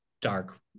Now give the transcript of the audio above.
dark